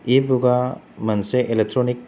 E बुखा मोनसे electronic